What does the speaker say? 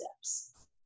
steps